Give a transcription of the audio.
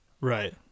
Right